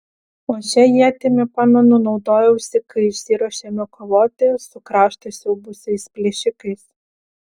o šia ietimi pamenu naudojausi kai išsiruošėme kovoti su kraštą siaubusiais plėšikais